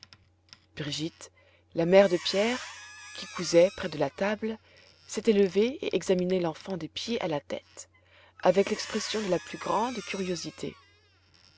brigitte la mère de pierre qui cousait près de la table s'était levée et examinait l'enfant des pieds à la tête avec l'expression de la plus grande curiosité